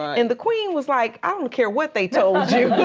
and the queen was like, i don't care what they told